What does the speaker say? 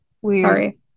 Sorry